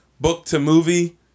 book-to-movie